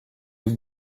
you